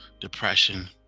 depression